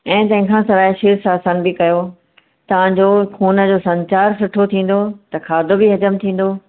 ऐं तंहिं खां सवाइ शीर्सासन बि कयो तव्हां जो ख़ून जो संचार सुठो थींदो त खाधो बि हज़म थींदो